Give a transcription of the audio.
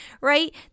right